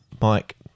Mike